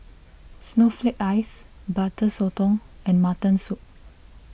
Snowflake Ice Butter Sotong and Mutton Soup